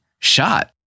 Shot